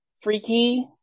Freaky